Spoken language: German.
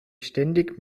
ständig